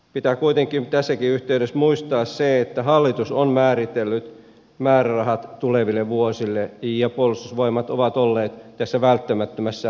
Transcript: pitää kuitenkin tässäkin yhteydessä muistaa se että hallitus on määritellyt määrärahat tuleville vuosille ja puolustusvoimat ovat olleet tässä välttämättömässä toimenpiteessä